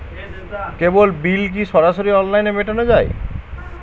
কেবল bill কি সরাসরি অনলাইনে মেটানো য়ায়?